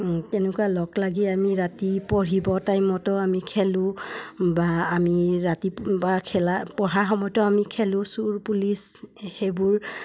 তেনেকুৱা লগ লাগি আমি ৰাতি পঢ়িব টাইমতো আমি খেলোঁ বা আমি ৰাতিপ বা খেলা পঢ়া সময়তো আমি খেলোঁ চোৰ পুলিচ সেইবোৰ